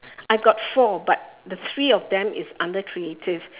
I got four but the three of them is under creative